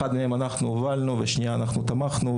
אחת מהן אנחנו הובלנו ובשנייה תמכנו.